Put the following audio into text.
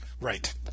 Right